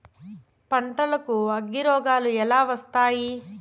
పంటకు అగ్గిరోగాలు ఎలా వస్తాయి?